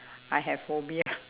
I have phobia